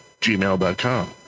gmail.com